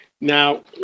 Now